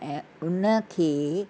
ऐं उनखे